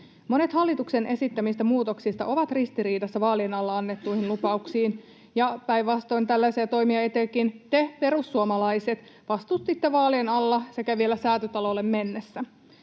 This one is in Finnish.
Monet hallituksen esittämistä muutoksista ovat ristiriidassa vaalien alla annettuihin lupauksiin, ja päinvastoin tällaisia toimia etenkin te, perussuomalaiset, vastustitte vaalien alla sekä vielä Säätytalolle mennessänne.